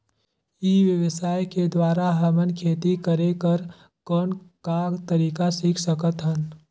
ई व्यवसाय के द्वारा हमन खेती करे कर कौन का तरीका सीख सकत हन?